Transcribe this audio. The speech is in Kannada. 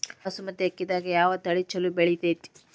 ಬಾಸುಮತಿ ಅಕ್ಕಿದಾಗ ಯಾವ ತಳಿ ಛಲೋ ಬೆಳಿತೈತಿ?